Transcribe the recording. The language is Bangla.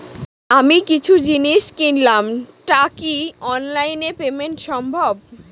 আমি কিছু জিনিস কিনলাম টা কি অনলাইন এ পেমেন্ট সম্বভ?